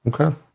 Okay